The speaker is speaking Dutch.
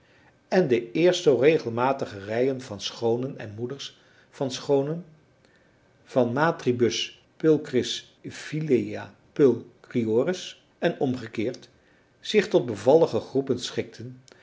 en de eerst zoo regelmatige rijen van schoonen en moeders van schoonen van matribus pulcris filiae pulcriores en omgekeerd zich tot bevallige groepen schikten